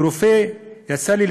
כרופא יצא לי,